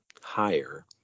higher